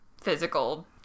physical